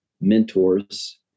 mentors